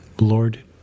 Lord